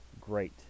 great